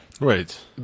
Right